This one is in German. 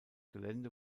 gelände